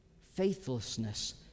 Faithlessness